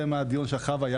חברים, אחלב לוטן,